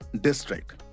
District